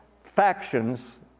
Factions